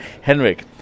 Henrik